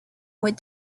with